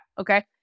okay